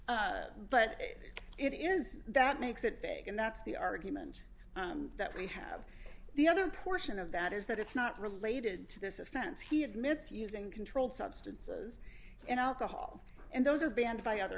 judgment but it is that makes it fake and that's the argument that we have the other portion of that is that it's not related to this offense he admits using controlled substances and alcohol and those are banned by other